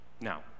now